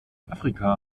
afrika